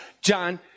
John